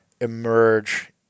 emerge